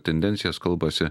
tendencijas kalbasi